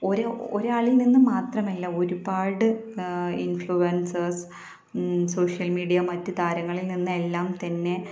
ഓരോ ഒരാളിൽ നിന്ന് മാത്രമല്ല ഒരുപാട് ഇൻഫ്ലുവൻസേസ് സോഷ്യൽ മീഡിയ മറ്റു താരങ്ങളിൽ നിന്നെല്ലാം തന്നെ